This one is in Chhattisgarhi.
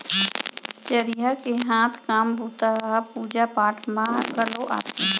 चरिहा के हाथ काम बूता ह पूजा पाठ म घलौ आथे